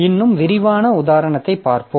இன்னும் விரிவான உதாரணத்தைப் பார்ப்போம்